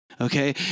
okay